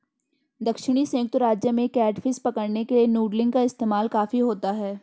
दक्षिणी संयुक्त राज्य में कैटफिश पकड़ने के लिए नूडलिंग का इस्तेमाल काफी होता है